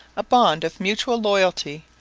a bond of mutual loyalty,